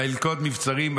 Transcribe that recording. וילכוד מבצרים,